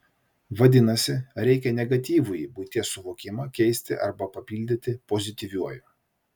vadinasi reikia negatyvųjį buities suvokimą keisti arba papildyti pozityviuoju